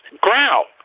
growl